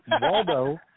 Waldo